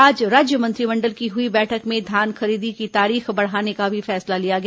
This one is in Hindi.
आज राज्य मंत्रिमंडल की हुई बैठक में धान खरीदी की तारीख बढ़ाने का भी फैसला लिया गया